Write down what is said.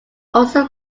also